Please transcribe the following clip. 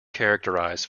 characterize